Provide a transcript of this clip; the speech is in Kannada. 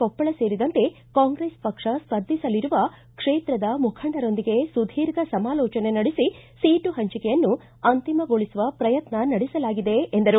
ಕೊಪ್ಪಳ ಸೇರಿದಂತೆ ಕಾಂಗ್ರೆಸ್ ಪಕ್ಷ ಸ್ಪರ್ಧಿಸಲಿರುವ ಕ್ಷೇತದ ಮುಖಂಡರೊಂದಿಗೆ ಸುಧೀರ್ಘ ಸಮಾಲೋಚನೆ ನಡೆಸಿ ಸೀಟು ಹಂಚಿಕೆಯನ್ನು ಅಂತಿಮಗೊಳಿಸುವ ಪ್ರಯತ್ನ ನಡೆಸಲಾಗಿದೆ ಎಂದರು